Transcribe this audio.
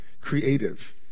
creative